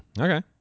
okay